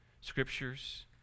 scriptures